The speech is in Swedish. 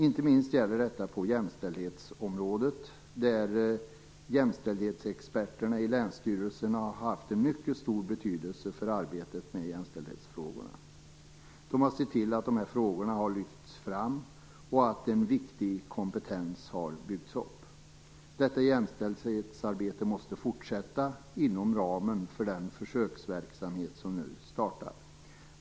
Inte minst gäller detta på jämställdhetsområdet. Jämställdhetsexperterna i länsstyrelserna har haft en mycket stor betydelse för arbetet med jämställdhetsfrågorna. De har sett till att de här frågorna har lyfts fram och att en viktig kompetens har byggts upp. Detta jämställdhetsarbete måste fortsätta inom ramen för den försöksverksamhet som nu startar.